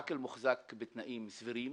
עקל מוחזק בתנאים סבירים,